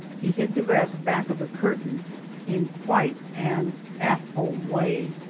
he hid the rest back of the curtain in quite an at-home way.